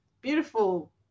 beautiful